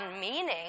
meaning